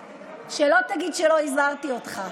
שלא תגיד שלא הזהרתי אותך.